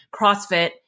CrossFit